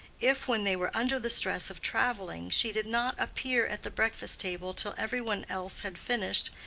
if, when they were under the stress of traveling, she did not appear at the breakfast table till every one else had finished,